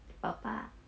爸爸